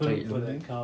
cari lembu